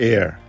Air